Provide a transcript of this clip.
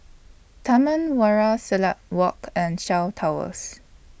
Taman Warna Silat Walk and Shaw Towers